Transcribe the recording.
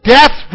Death